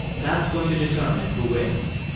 that's going to determine who wins.